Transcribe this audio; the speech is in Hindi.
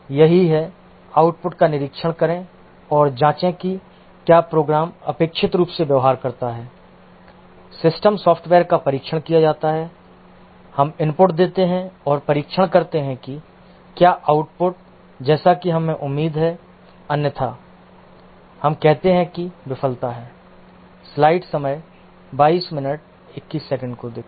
यही है आउटपुट का निरीक्षण करें और जांचें कि क्या प्रोग्राम अपेक्षित रूप से व्यवहार करता है सिस्टम सॉफ्टवेयर का परीक्षण किया जाता है हम इनपुट देते हैं और निरीक्षण करते हैं कि क्या आउटपुट जैसा कि हमें उम्मीद है अन्यथा हम कहते हैं कि विफलता है